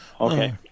Okay